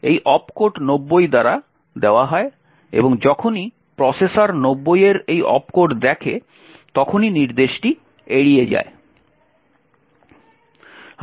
এই opcode 90 দ্বারা দেওয়া হয় এবং যখনই প্রসেসর 90 এর এই opcode দেখে তখনই নির্দেশটি এড়িয়ে যায়